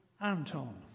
Anton